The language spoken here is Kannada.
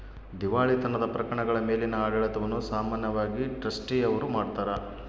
ದಿವಾಳಿತನದ ಪ್ರಕರಣಗಳ ಮೇಲಿನ ಆಡಳಿತವನ್ನು ಸಾಮಾನ್ಯವಾಗಿ ಟ್ರಸ್ಟಿ ಅವ್ರು ಮಾಡ್ತಾರ